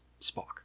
Spock